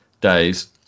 days